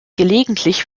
gelegentlich